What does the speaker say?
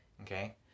Okay